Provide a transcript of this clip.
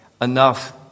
enough